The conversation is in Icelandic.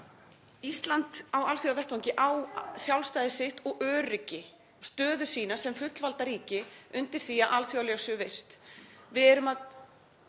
Ísland á alþjóðavettvangi á sjálfstæði sitt og öryggi, stöðu sína sem fullvalda ríki undir því að alþjóðalög séu virt.